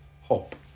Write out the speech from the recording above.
hope